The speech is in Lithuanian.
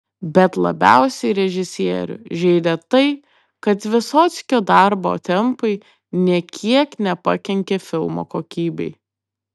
bet labiausiai režisierių žeidė tai kad vysockio darbo tempai nė kiek nepakenkė filmo kokybei